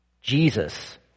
Jesus